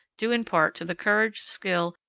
due in part to the courage, skill,